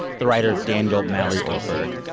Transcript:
the writer and daniel mallory ortberg,